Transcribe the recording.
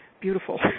beautiful